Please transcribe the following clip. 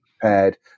prepared